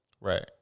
Right